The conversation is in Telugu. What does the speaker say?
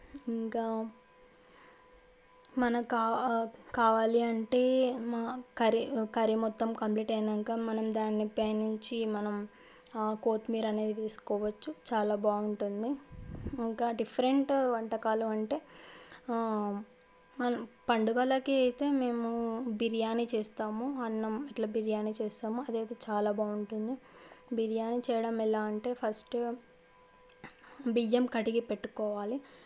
ఇంకా మనకు కా కావాలి అంటే మా కర్రీ కర్రీ మొత్తం కంప్లీట్ అయ్యాక మనం దాన్ని పైనుంచి మనం కొత్తిమీర అనేది తీసుకోవచ్చు చాలా బాగుంటుంది ఇంకా డిఫరెంట్ వంటకాలు అంటే మనం పండగలకి అయితే మేము బిర్యానీ చేస్తాము అన్నం ఇట్లా బిర్యానీ చేస్తాము అది అయితే చాలా బాగుంటుంది బిర్యానీ చేయడం ఎలా అంటే ఫస్ట్ బియ్యం కడిగి పెట్టుకోవాలి